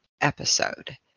episode